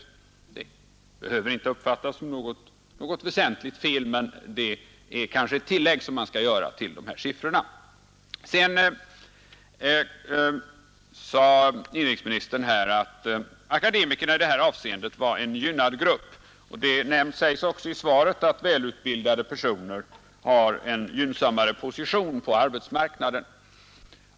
Det behöver inte uppfattas som något väsentligt fel, men det är alltså ett tillägg som man skall göra till dessa siffror. Sedan sade inrikesministern att akademikerna i detta avseende var en gynnad grupp. Det sägs också i svaret att välutbildade personer har en gynnsammare position på arbetsmarknaden.